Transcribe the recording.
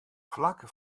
flak